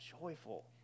joyful